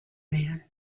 man